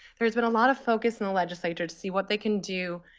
there has been a lot of focus in the legislature to see what they can do,